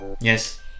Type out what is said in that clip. yes